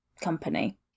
company